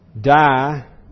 die